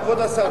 כבוד השר,